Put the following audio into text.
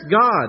God